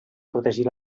protegir